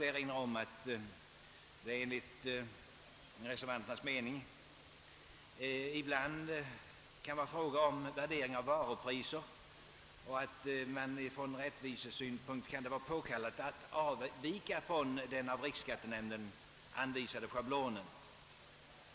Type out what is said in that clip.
Eftersom det ibland är fråga om värdering av varupriser kan det enligt reservanternas mening från rättvisesynpunkt vara påkallat att avvika från den av riksskattenämnden anvisade schablonen.